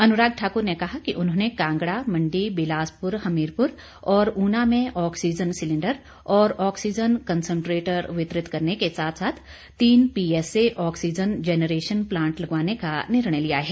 अनुराग ठाकुर ने कहा कि उन्होंने कांगड़ा मंडी बिलासपुर हमीरपुर और ऊना में ऑक्सीजन सिलेंडर और ऑक्सीजन कंसंट्रेटर वितरित करने के साथ साथ तीन पीएसए ऑक्सीजन जेनरेशन प्लांट लगवाने का निर्णय लिया है